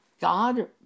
God